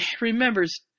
remembers